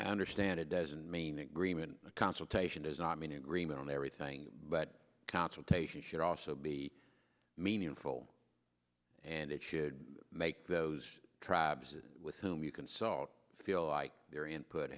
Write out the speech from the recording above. understand it doesn't mean it grima a consultation does not mean agreement on everything but consultation should also be meaningful and it should make those crabs with whom you consult feel like their input